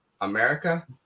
America